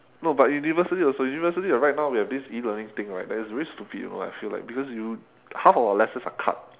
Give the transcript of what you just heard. no but university also university right now we have this E learning thing right that is really stupid you know I feel like because you half of our lessons are cut